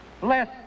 Bless